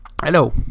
Hello